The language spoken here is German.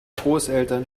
großeltern